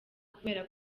kubera